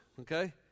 okay